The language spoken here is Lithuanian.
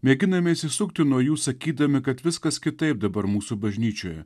mėginame išsisukti nuo jų sakydami kad viskas kitaip dabar mūsų bažnyčioje